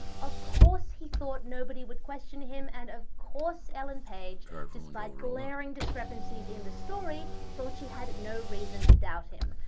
of course he thought nobody would question him, and of course ellen page, despite glaring discrepancies in the story, thought she had no reason to doubt him.